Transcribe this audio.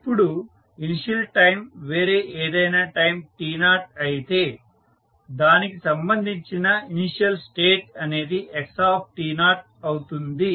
ఇప్పుడు initial time వేరే ఏదైనా టైం t0 అయితే దానికి సంబంధించిన ఇనీషియల్ స్టేట్ అనేది x అవుతుంది